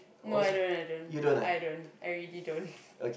no I don't I don't I don't I really don't